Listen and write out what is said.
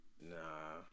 Nah